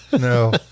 No